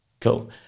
Cool